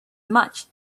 much